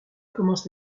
commence